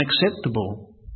unacceptable